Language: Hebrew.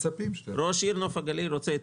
ראש עיריית נוף הגליל רוצה את